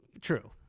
True